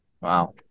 Wow